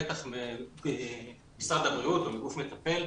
בטח משרד הבריאות או מגוף מטפל,